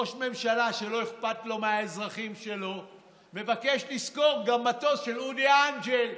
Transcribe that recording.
ראש ממשלה שלא אכפת לו מהאזרחים שלו מבקש לשכור גם מטוס של אודי אנג'ל,